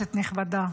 כנסת נכבדה,